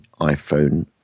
iPhone